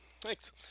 Thanks